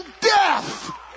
death